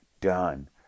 done